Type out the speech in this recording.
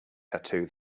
tattoo